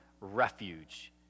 refuge